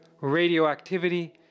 radioactivity